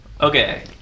Okay